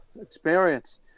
experience